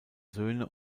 söhne